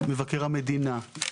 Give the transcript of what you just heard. מבקר המדינה,